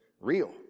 real